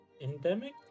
Endemic